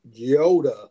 Yoda